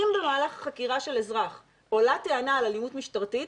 אם במהלך החקירה של אזרח עולה טענה על אלימות משטרתית